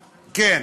כן.